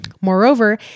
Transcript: Moreover